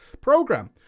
program